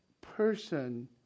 person